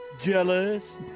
Jealous